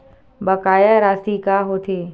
बकाया राशि का होथे?